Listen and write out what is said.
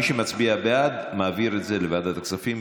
מי שמצביע בעד, להעביר את זה לוועדת הכספים.